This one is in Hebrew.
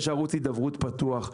יש ערוץ הידברות פתוח,